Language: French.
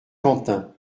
quentin